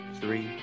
three